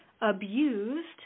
abused